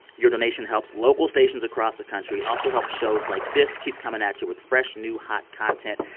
your donation helps local stations across the country, also help shows like this keep coming at you with fresh, new, hot content.